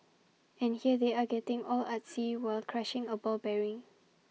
and here they are getting all artsy while crushing A ball bearing